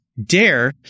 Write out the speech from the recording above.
dare